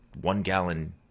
one-gallon